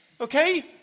Okay